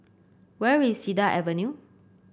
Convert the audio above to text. where is Cedar Avenue